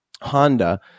Honda